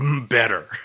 better